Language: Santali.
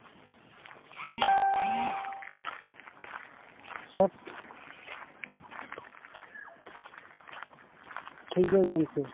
ᱥᱚᱵᱽ ᱴᱷᱤᱠᱜᱮᱭᱟ ᱜᱚᱢᱠᱮ